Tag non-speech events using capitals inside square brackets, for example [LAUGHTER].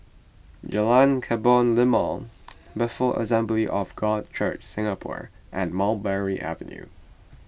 Jalan Kebun Limau [NOISE] Bethel Assembly of God Church Singapore and Mulberry Avenue